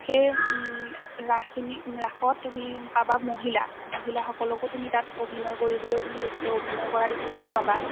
সেই ৰাসখিনি ৰাসত তুমি পাবা মহিলা মহিলাসকলোকো তুমি তাত অভিনয় কৰিবলৈ তুমি তাত অভিনয় কৰা দেখিবলৈ পাবা